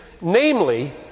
Namely